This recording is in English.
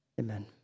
Amen